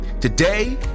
Today